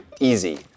easy